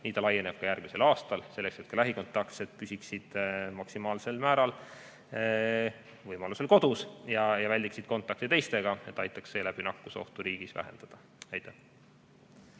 laieneb see ka järgmisel aastal, selleks et ka lähikontaktsed püsiksid maksimaalsel määral võimaluse korral kodus ja väldiksid kontakti teistega ning aitaksid seeläbi nakkusohtu riigis vähendada. Jaa,